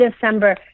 December